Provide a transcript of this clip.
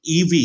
EV